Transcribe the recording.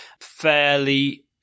Fairly